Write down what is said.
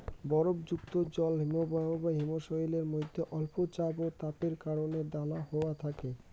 বরফযুক্ত জল হিমবাহ বা হিমশৈলের মইধ্যে অল্প চাপ ও তাপের কারণে দালা হয়া থাকে